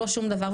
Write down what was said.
לא שום דבר.